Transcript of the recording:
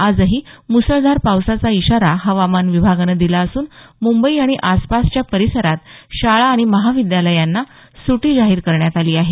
आजही मुसळधार पावसाचा इशारा हवामान विभागानं दिला असून मुंबई आणि आसपासच्या परिसरात शाळा आणि महाविद्यालयांना सुट्टी जाहीर करण्यात आली आहे